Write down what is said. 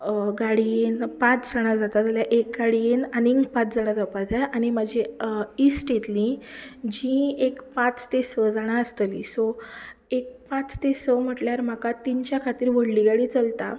गाडयेन पांच जाणा जाता जाल्यार एक गाडयेन आनी पांच जाणा जावपाक जाय आनी म्हाजी इश्ट येतली जी एक पांच ते स जाणा आसतली सो एक पांच ते स म्हटल्यार म्हाका तिंच्या खातीर व्हडली गाडी चलता